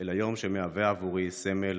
אלא יום שמהווה עבורי סמל